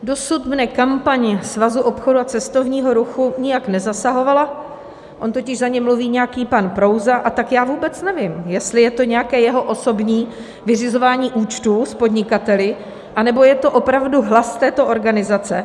Dosud mne kampaň Svazu obchodu a cestovního ruchu nijak nezasahovala, on totiž za ně mluví nějaký pan Prouza, a tak já vůbec nevím, jestli je to nějaké jeho osobní vyřizování účtů s podnikateli, nebo je to opravdu hlas této organizace.